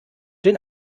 den